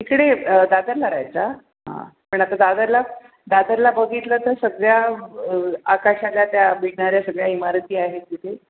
इकडे दादरला राहायचा हा पण आता दादरला दादरला बघितलं तर सगळ्या आकाशाला त्या भिडणाऱ्या सगळ्या इमारती आहेत तिथे